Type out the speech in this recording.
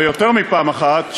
ויותר מפעם אחת,